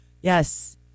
Yes